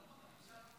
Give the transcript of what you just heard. ההצעה להעביר